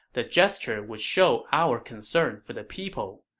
the gesture would show our concern for the people.